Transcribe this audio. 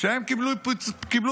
והם קיבלו פיצוי,